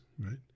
right